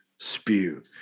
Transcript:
spew